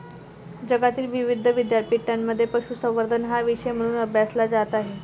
जगातील विविध विद्यापीठांमध्ये पशुसंवर्धन हा विषय म्हणून अभ्यासला जात आहे